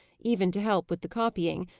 even to help with the copying,